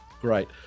Great